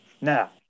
Now